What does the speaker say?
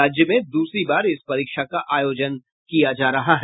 राज्य में दूसरी बार इस परीक्षा का आयोजन किया जा रहा है